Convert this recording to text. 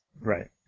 Right